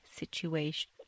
situation